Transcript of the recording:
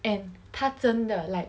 and 他真的 like